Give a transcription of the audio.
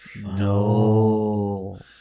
No